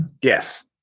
Yes